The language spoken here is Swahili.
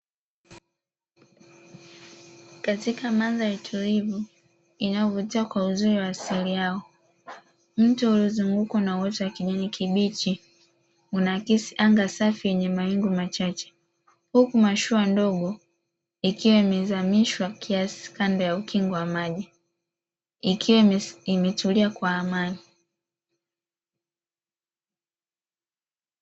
Katika mandhari tulivu inayovutia kwa uzuri wa asili yao, mto uliozungukwa na uoto wa kijani kibichi unaakisi anga safi lenye mawingu machache, huku mashua ndogo ikiwa imezamishwa kiasi kando ya ukingo wa maji ikiwa imetulia kwa amani.